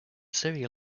syria